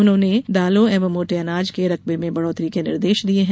उन्होंने दालों एवं मोटे अनाज के रकबे में बढ़ोतरी के निर्देश दिये हैं